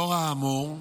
לאור האמור,